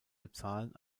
bezahlen